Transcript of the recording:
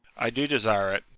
i do desire it.